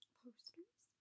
posters